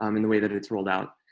um in the way that it's rolled out.